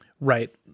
Right